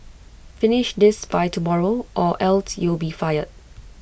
finish this by tomorrow or else you'll be fired